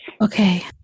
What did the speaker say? Okay